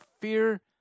fear